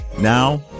Now